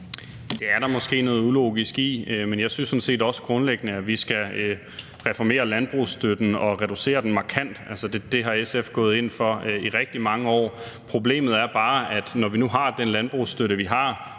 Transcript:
Det er der måske noget ulogisk i, men jeg synes sådan set også grundlæggende, at vi skal reformere landbrugsstøtten og reducere den markant. Det er SF's gået ind for i rigtig mange år. Problemet er bare, at det, når vi nu har den landbrugsstøtte, vi har,